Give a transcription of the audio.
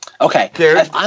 Okay